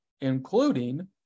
including